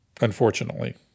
unfortunately